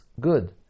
good